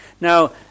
Now